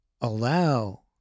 allow